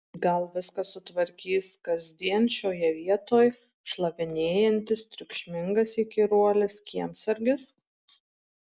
gal viską sutvarkys kasdien šioje vietoj šlavinėjantis triukšmingas įkyruolis kiemsargis